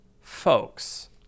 Folks